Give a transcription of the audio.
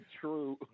true